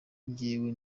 njyewe